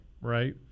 right